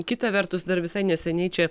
kita vertus dar visai neseniai čia